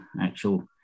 actual